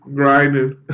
grinding